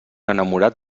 enamorat